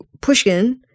Pushkin